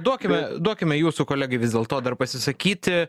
duokime duokime jūsų kolegai vis dėlto dar pasisakyti